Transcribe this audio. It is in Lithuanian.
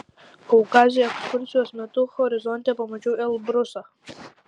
kaukaze ekskursijos metu horizonte pamačiau elbrusą